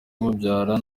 umubyara